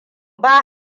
ba